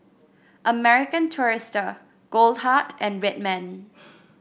American Tourister Goldheart and Red Man